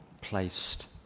placed